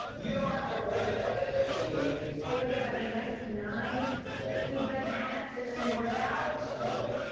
you don't have a reason why that couldn't be you. i wake up at a nice nine zero. okay. feed my cats, and then i work out. i'm sorry, go back.